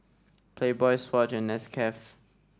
Playboy Swatch and Nescafe